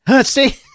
see